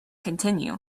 continue